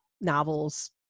novels